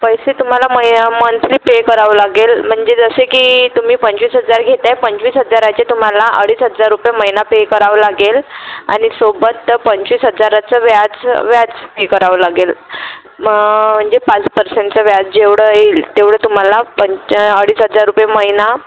पैसे तुम्हाला महि मंथली पे करावं लागेल म्हणजे जसे की तुम्ही पंचवीस हजार घेताय पंचवीस हजाराचे तुम्हाला अडीच हजार रुपये महिना पे करावं लागेल आणि सोबत पंचवीस हजाराचं व्याज व्याज पे करावं लागेल मग म्हणजे पाच पर्सेंटचं व्याज जेवढं येईल तेवढं तुम्हाला पंच अडीच हजार रुपये महिना